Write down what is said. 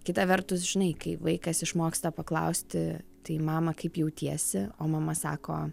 kita vertus žinai kai vaikas išmoksta paklausti tai mama kaip jautiesi o mama sako